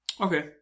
Okay